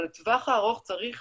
אבל לטווח הארוך צריך